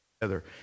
together